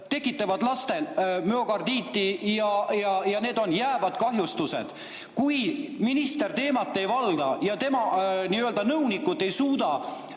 tekitavad lastel müokardiiti ja need on jäävad kahjustused. Kui minister teemat ei valda ja tema nõunikud ei suuda